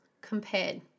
compared